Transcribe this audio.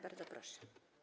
Bardzo proszę.